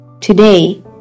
today